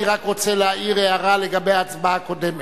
אני רק רוצה להעיר הערה לגבי ההצבעה הקודמת.